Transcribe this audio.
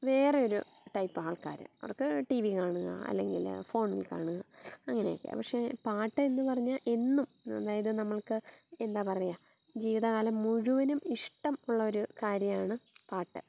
വേറെയൊരു ടൈപ്പ് ആൾക്കാർ അവർക്ക് ടി വി കാണുക അല്ലെങ്കിൽ ഫോണിൽ കാണുക അങ്ങനെയൊക്കെ പക്ഷേ പാട്ട് എന്ന് പറഞ്ഞാൽ എന്നും അതായത് നമുക്ക് എന്താണ് പറയുക ജീവിതകാലം മുഴുവനും ഇഷ്ടം ഉള്ളൊരു കാര്യമാണ് പാട്ട്